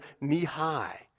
knee-high